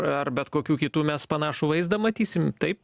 ar bet kokių kitų mes panašų vaizdą matysim taip